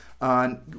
on